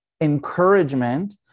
encouragement